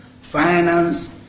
finance